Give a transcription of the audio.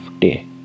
day